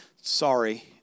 sorry